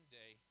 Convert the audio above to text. day